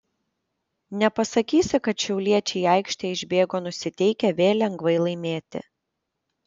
nepasakysi kad šiauliečiai į aikštę išbėgo nusiteikę vėl lengvai laimėti